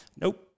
nope